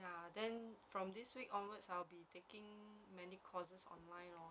ya and then from this week onwards I'll be taking many courses online lor